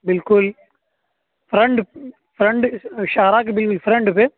بالکل friend friend شاہراہ کے بالکل فرنڈ پہ